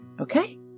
Okay